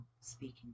speaking